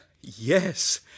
yes